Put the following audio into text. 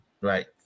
Right